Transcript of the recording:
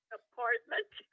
apartment